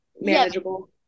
manageable